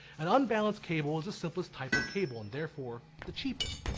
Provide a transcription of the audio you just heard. an unbalanced cable is the simplest type of cable and therefor the cheapest.